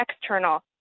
external